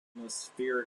atmospheric